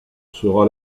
sera